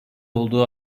olduğu